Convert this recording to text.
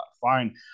fine